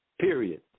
period